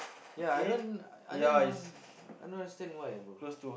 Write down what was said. ya I don't I don't even I don't understand why ah bro